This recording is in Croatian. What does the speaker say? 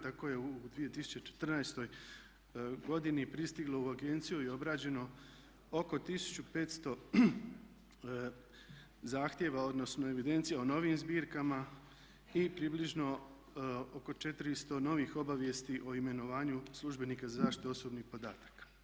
Tako je u 2014.godini pristiglo u agenciju i obrađeno oko 1500 zahtjeva odnosno evidencija o novim zbirkama i približno oko 400 novih obavijesti o imenovanju službenika za zaštitu osobnih podataka.